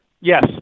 Yes